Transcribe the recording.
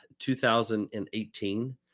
2018